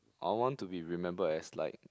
I want to be remembered as like